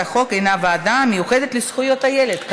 החוק הינה הוועדה המיוחדת לזכויות הילד.